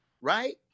right